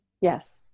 Yes